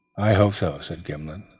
i hope so, said gimblet,